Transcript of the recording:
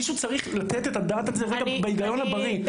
מישהו צריך לתת את הדעת על זה בהיגיון הבריא.